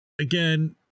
again